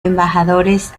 embajadores